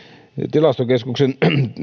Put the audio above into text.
tilastokeskuksen